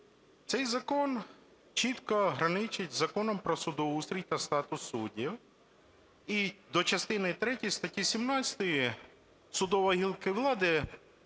Цей закон чітко граничить з Законом "Про судоустрій та статус суддів" і до частини третьої статті 17 судова гілка влади